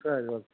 சரி ஓகே